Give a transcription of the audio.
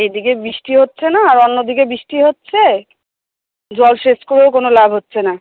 এদিকে বৃষ্টি হচ্ছে না আর অন্যদিকে বৃষ্টি হচ্ছে জলসেচ করেও কোনও লাভ হচ্ছে না